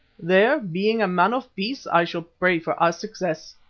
there, being a man of peace, i shall pray for our success.